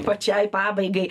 pačiai pabaigai